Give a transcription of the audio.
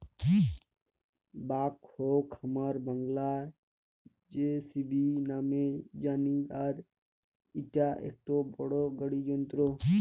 ব্যাকহোকে হামরা বাংলায় যেসিবি নামে জানি আর ইটা একটো বড় গাড়ি যন্ত্র